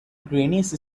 greenish